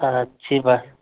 अच्छी बात